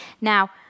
Now